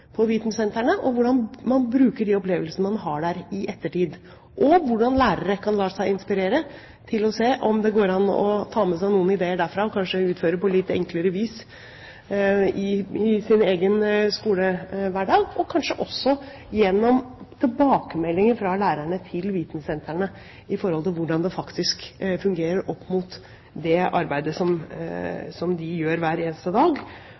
på besøk på vitensentrene, hvordan man bruker de opplevelsene man har der i ettertid, og hvordan lærere kan la seg inspirere til å se om det går an å ta med seg noen ideer derfra, og kanskje utføre dem på litt enklere vis i sin egen skolehverdag. Kanskje kan dette også skje gjennom tilbakemeldinger fra lærerne til vitensentrene om hvordan det faktisk fungerer opp mot det arbeidet som de gjør hver eneste dag